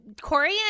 Corey